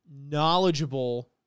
knowledgeable